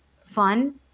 fun